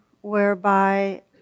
whereby